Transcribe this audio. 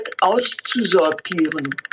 auszusortieren